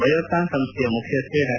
ಬಯೋಕಾನ್ ಸಂಸ್ಥೆಯ ಮುಖ್ಯಸ್ಥೆ ಡಾ